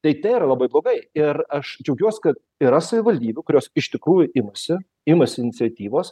tai tai yra labai blogai ir aš džiaugiuos kad yra savivaldybių kurios iš tikrųjų imasi imasi iniciatyvos